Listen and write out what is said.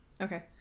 okay